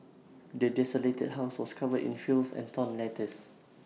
the desolated house was covered in filth and torn letters